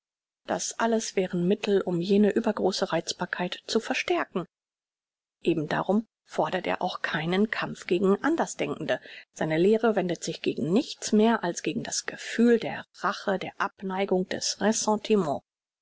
das alles wären mittel um jene übergroße reizbarkeit zu verstärken eben darum fordert er auch keinen kampf gegen andersdenkende seine lehre wehrt sich gegen nichts mehr als gegen das gefühl der rache der abneigung des ressentiment